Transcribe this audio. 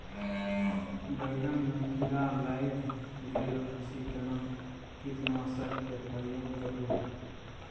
बैंगन में कीरा लाईग गेल अछि केना कीटनासक के प्रयोग करू?